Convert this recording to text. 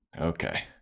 Okay